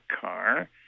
car